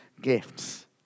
gifts